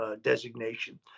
designation